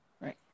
right